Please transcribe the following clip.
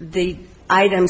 the item